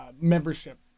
membership